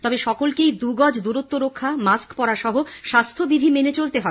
তবে সকলকেই দুগজ দূরত্ব রক্ষা মাস্ক পরা সহ স্বাস্থ্যবিধি মেনে চলতে হবে